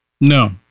No